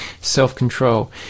self-control